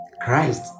Christ